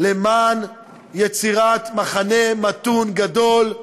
למען יצירת מחנה מתון גדול,